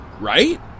right